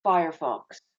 firefox